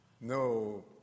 no